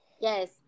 Yes